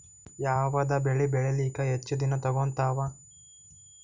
ಯಾವದ ಬೆಳಿ ಬೇಳಿಲಾಕ ಹೆಚ್ಚ ದಿನಾ ತೋಗತ್ತಾವ?